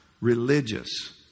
religious